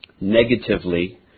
Negatively